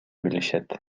билишет